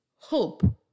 hope